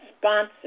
sponsor